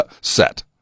set